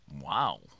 wow